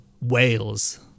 Wales